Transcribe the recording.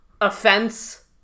Offense